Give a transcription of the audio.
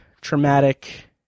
traumatic